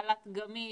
חל"ת גמיש,